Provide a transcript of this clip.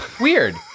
weird